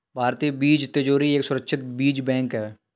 भारतीय बीज तिजोरी एक सुरक्षित बीज बैंक है